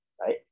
right